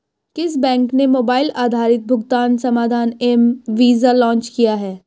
किस बैंक ने मोबाइल आधारित भुगतान समाधान एम वीज़ा लॉन्च किया है?